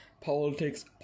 Politics